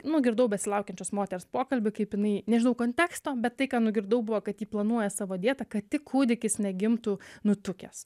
nugirdau besilaukiančios moters pokalbį kaip jinai nežinau konteksto bet tai ką nugirdau buvo kad ji planuoja savo dietą kad tik kūdikis negimtų nutukęs